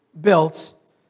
built